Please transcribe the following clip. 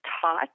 taught